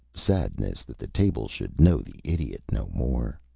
sadness that that table should know the idiot no more.